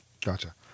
Gotcha